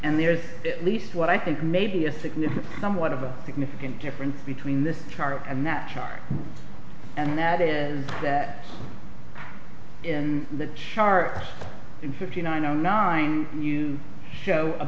and there's at least what i think may be a significant somewhat of a significant difference between this chart and natural and that is that in the charts in fifty nine zero nine you show a